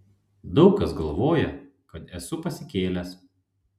daug kas galvoja kad esu pasikėlęs